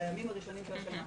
בימים הראשונים של השנה.